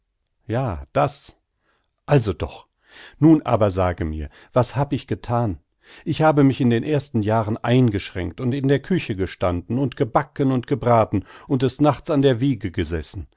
ja das also doch nun aber sage mir was hab ich gethan ich habe mich in den ersten jahren eingeschränkt und in der küche gestanden und gebacken und gebraten und des nachts an der wiege gesessen